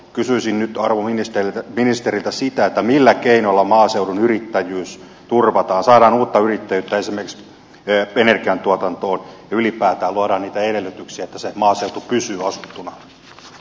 kysyisin nyt arvon ministeriltä sitä millä keinolla maaseudun yrittäjyys turvataan saadaan uutta yrittäjyyttä esimerkiksi energiantuotantoon ja ylipäätään luodaan niitä edellytyksiä että se maaseutu pysyy asuttuna